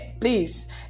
Please